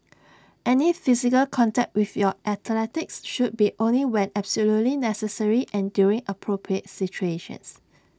any physical contact with your athletes should be only when absolutely necessary and during appropriate situations